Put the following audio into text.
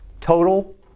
Total